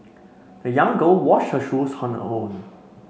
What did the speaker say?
the young girl washed her shoes on her own